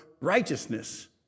righteousness